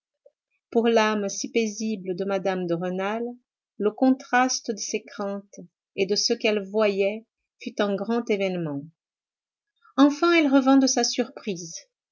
pour l'âme si paisible de mme de rênal le contraste de ses craintes et de ce qu'elle voyait fut un grand événement enfin elle revint de sa surprise